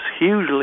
hugely